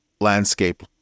landscape